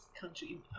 country